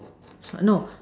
sir no